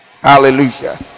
Hallelujah